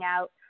out